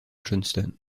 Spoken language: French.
johnston